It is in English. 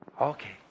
Okay